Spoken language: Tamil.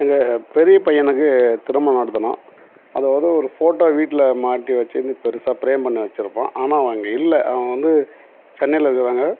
எங்கள் பெரிய பையனுக்கு திருமணம் நடத்தினோம் அதை வந்து ஒரு ஃபோட்டோ வீட்டில் மாட்டி வச்சிருந்து பெருசாக ப்ரேம் பண்ணி வச்சுருப்போம் ஆனால் அவன் இங்கே இல்லை அவன் வந்து சென்னையில் இருக்கிறாங்க